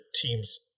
team's